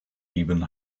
even